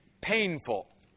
painful